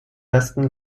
ersten